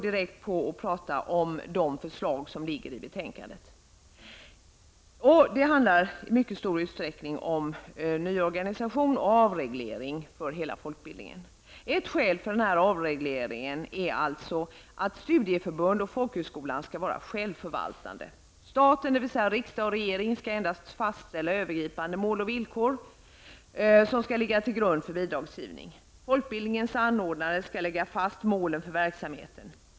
I stället skall jag direkt kommentera förslagen i betänkandet. Det handlar i mycket stor utsträckning om nyorganisation och avreglering för hela folkbildningen. Ett skäl för denna avreglering är att studieförbunden och folkhögskolan skall vara självförvaltande. Staten, dvs. riksdag och regering, skall endast fastställa övergripande mål och villkor som skall ligga till grund för bidragsgivning. Folkbildningens anordnare skall lägga fast målen för verksamheten.